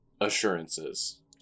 assurances